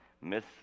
Miss